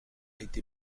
été